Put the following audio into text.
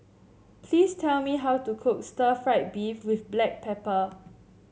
please tell me how to cook Stir Fried Beef with Black Pepper